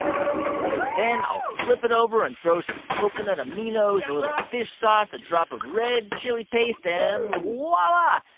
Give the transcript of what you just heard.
um then i'll flip it over and throw some coconut aminos, a little fish sauce, a drop of red chili paste. and voila,